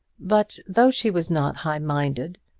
but though she was not high-minded,